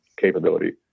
capability